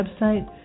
website